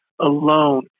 alone